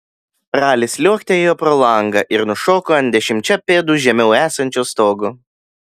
ralis liuoktelėjo pro langą ir nušoko ant dešimčia pėdų žemiau esančio stogo